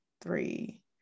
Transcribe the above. three